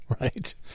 right